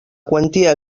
quantia